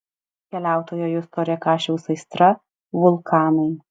keliautojo justo rėkašiaus aistra vulkanai